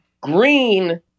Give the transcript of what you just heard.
green